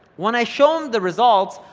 when i show em the results,